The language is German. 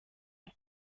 und